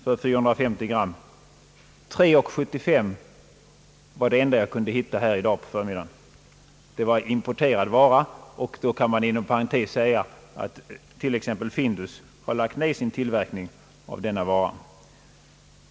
I dag på förmiddagen var 3: 75 det enda pris jag kunde hitta här, och det gällde importerad vara. Här kan anmärkas att t.ex. Findus har lagt ned sin tillverkning av denna vara.